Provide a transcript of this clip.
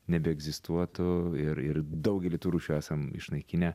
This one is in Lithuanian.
nebeegzistuotų ir ir daugelį tų rūšių esam išnaikinę